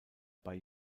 bei